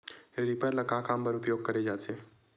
Reaper ल का काम बर उपयोग करे जाथे?